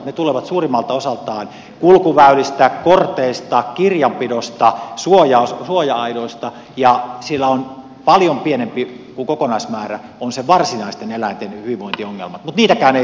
ne tulevat suurimmalta osaltaan kulkuväylistä korteista kirjanpidosta suoja aidoista ja paljon pienempi kuin kokonaismäärä ovat ne varsinaisten eläinten hyvinvointiongelmat mutta niitäkään ei saa olla yhtään